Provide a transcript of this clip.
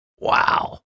Wow